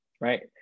right